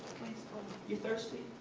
please don't, you thirsty?